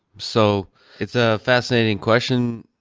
so it's a fascinating question.